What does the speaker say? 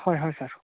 হয় হয় ছাৰ